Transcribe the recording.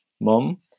mom